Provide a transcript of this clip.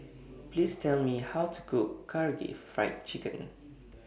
Please Tell Me How to Cook Karaage Fried Chicken